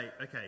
okay